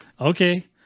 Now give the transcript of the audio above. okay